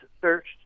searched